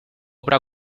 obra